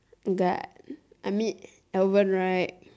that I mean haven't right